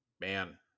man